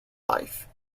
life